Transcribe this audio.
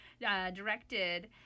directed